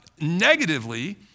negatively